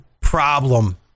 problem